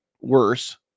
worse